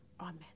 Amen